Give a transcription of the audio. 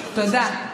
תודה.